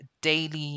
daily